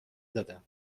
دادم